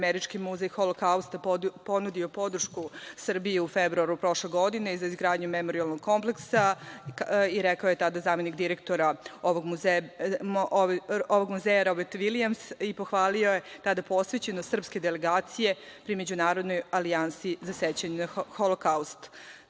američki muzej Holokaust ponudio podršku Srbiji u februaru prošle godine za izgradnju memorijalnog kompleksa i rekao je tada zamenik direktora ovog muzeja, Robert Vilijams, i pohvalio je tada posvećenost srpske delegacije pri Međunarodnoj alijansi na za sećanje na Holokaust. Takođe,